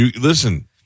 Listen